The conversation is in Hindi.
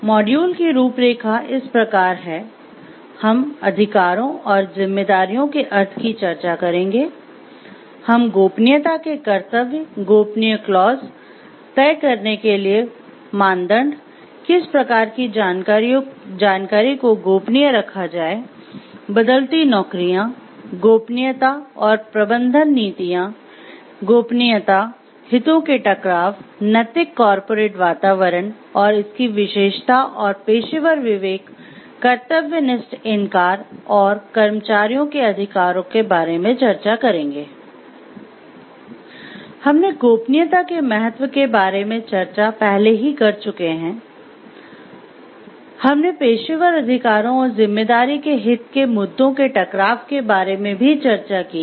मॉड्यूल की रूपरेखा इस प्रकार है हम अधिकारों और जिम्मेदारियों के अर्थ की चर्चा करेंगे हम "गोपनीयता के कर्तव्य" इनकार और कर्मचारियों के अधिकारों के बारे में चर्चा करेंगे हमने गोपनीयता के महत्व के बारे में चर्चा पहले ही कर चुके है हमने पेशेवर अधिकारों और जिम्मेदारी में हित के मुद्दों के टकराव के बारे में भी चर्चा की है